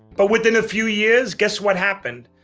but within a few years, guess what happened?